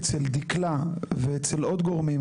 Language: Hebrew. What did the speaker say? אם באחד מהם יש, אז הוא אמור להיות